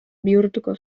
bihurtuko